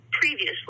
previously